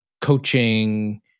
coaching